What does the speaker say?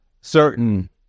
certain